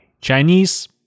Chinese